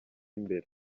imbere